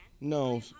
No